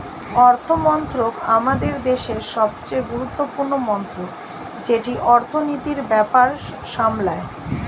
অর্থমন্ত্রক আমাদের দেশের সবচেয়ে গুরুত্বপূর্ণ মন্ত্রক যেটি অর্থনীতির ব্যাপার সামলায়